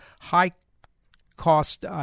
high-cost